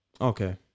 Okay